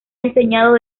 enseñado